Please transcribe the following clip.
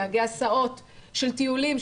נהגי הסעות של טיולים,